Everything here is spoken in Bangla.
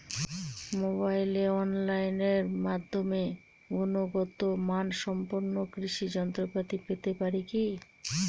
মোবাইলে অনলাইনের মাধ্যমে গুণগত মানসম্পন্ন কৃষি যন্ত্রপাতি পেতে পারি কি?